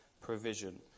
provision